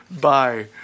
Bye